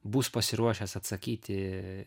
bus pasiruošęs atsakyti